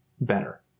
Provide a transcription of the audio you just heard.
better